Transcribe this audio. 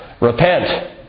Repent